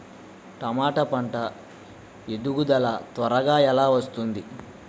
టమాట పంట ఎదుగుదల త్వరగా ఎలా వస్తుంది?